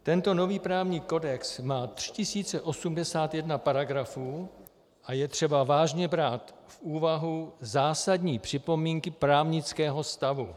Tento nový právní kodex má 3 081 paragrafů a je třeba vážně brát v úvahu zásadní připomínky právnického stavu.